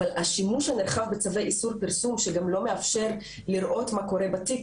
אבל השימוש הנרחב בצווי איסור פרסום שגם לא מאפשר לראות מה קורה בתיק,